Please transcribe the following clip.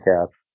Cats